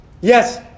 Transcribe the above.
Yes